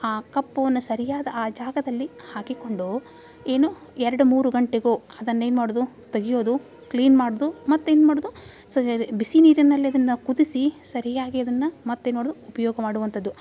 ಆ ಕಪ್ಪನ್ನು ಸರಿಯಾದ ಆ ಜಾಗದಲ್ಲಿ ಹಾಕಿಕೊಂಡು ಏನು ಎರಡು ಮೂರು ಗಂಟೆಗೋ ಅದನ್ನು ಏನು ಮಾಡೋದು ತೆಗಿಯೋದು ಕ್ಲೀನ್ ಮಾಡೋದು ಮತ್ತೇನು ಮಾಡೋದು ಬಿಸಿ ನೀರಿನಲ್ಲಿ ಅದನ್ನು ಕುದಿಸಿ ಸರಿಯಾಗಿ ಅದನ್ನು ಮತ್ತೇನು ಮಾಡೋದು ಉಪಯೋಗ ಮಾಡುವಂಥದ್ದು